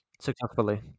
Successfully